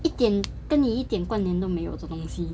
一点跟你一点关联都没有的东西